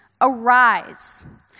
arise